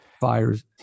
fires